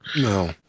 No